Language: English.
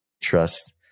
trust